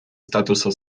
статуса